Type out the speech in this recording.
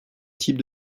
types